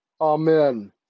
Amen